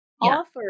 Offer